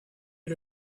you